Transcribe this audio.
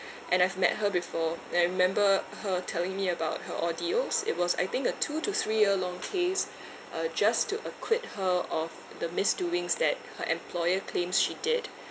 and I've met her before and I remember her telling me about her ordeals it was I think a two to three year long case uh just to acquit her of the misdoings that her employer claims she did